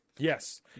Yes